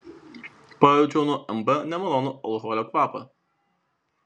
pajaučiau nuo mb nemalonų alkoholio kvapą